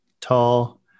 tall